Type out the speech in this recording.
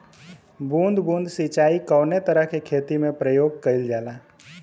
बूंद बूंद सिंचाई कवने तरह के खेती में प्रयोग कइलजाला?